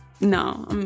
no